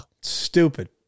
stupid